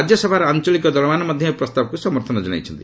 ରାଜ୍ୟସଭାରେ ଆଞ୍ଚଳିକ ଦଳମାନେ ମଧ୍ୟ ଏହି ପ୍ରସ୍ତାବକୁ ସମର୍ଥନ ଜଣାଇଛନ୍ତି